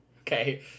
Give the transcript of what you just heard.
Okay